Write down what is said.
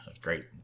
great